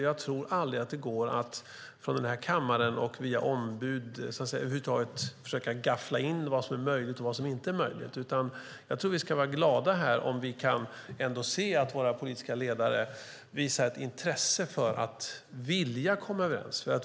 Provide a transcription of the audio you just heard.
Jag tror aldrig att det går att från den här kammaren och via ombud försöka gaffla in vad som är möjligt och vad som inte är möjligt, utan vi ska vara glada om vi ser att våra politiska ledare visar ett intresse och en vilja att komma överens.